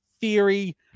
theory